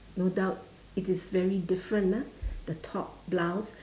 no doubt it is very different ah the top blouse